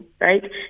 right